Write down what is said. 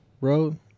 road